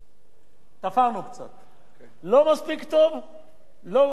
לא מספיק טוב, אנחנו רוצים להרחיב, אבל,